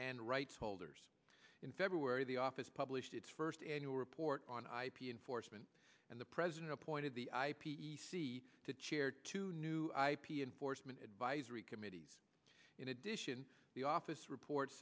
and rights holders in february the office published its first annual report on ip enforcement and the president appointed the i p e c to chair two new ip enforcement advisory committees in addition the office reports